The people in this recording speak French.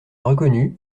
reconnu